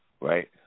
right